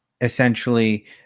essentially